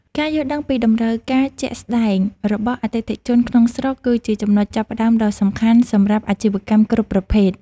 ការយល់ដឹងពីតម្រូវការជាក់ស្តែងរបស់អតិថិជនក្នុងស្រុក គឺជាចំណុចចាប់ផ្តើមដ៏សំខាន់សម្រាប់អាជីវកម្មគ្រប់ប្រភេទ។